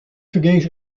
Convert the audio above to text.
fergees